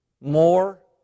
more